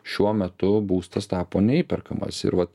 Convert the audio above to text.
šiuo metu būstas tapo neįperkamas ir vat